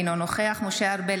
אינו נוכח משה ארבל,